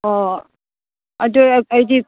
ꯑꯣ ꯑꯗꯣ ꯑꯩꯗꯤ